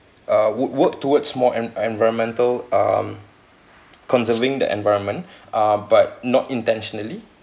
uh would work towards more en~ environmental um conserving the environment uh but not intentionally